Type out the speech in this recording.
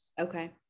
Okay